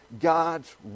God's